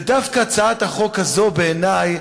ודווקא הצעת החוק הזאת, בעיני,